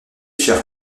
chers